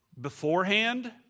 beforehand